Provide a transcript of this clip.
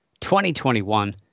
2021